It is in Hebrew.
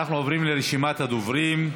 אנחנו עוברים לרשימת הדוברים.